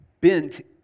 bent